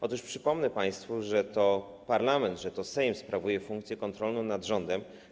Otóż przypomnę państwu, że to parlament, że to Sejm sprawuje funkcję kontrolną nad rządem.